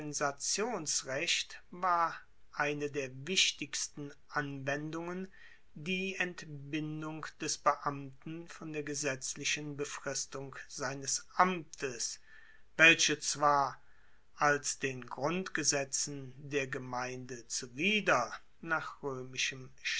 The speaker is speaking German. dispensationsrecht war eine der wichtigsten anwendungen die entbindung des beamten von der gesetzlichen befristung seines amtes welche zwar als den grundgesetzen der gemeinde zuwider nach